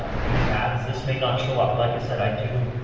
these ads, this may not show up. like i said, i do.